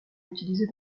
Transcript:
utilisée